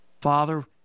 Father